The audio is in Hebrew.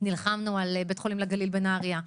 נלחמנו על בית חולים לגליל בנהריה,